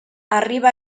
arriba